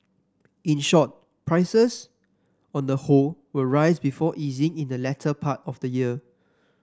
in short prices on the whole will rise before easing in the latter part of the year